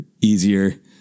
easier